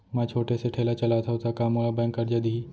मैं छोटे से ठेला चलाथव त का मोला बैंक करजा दिही?